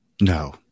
No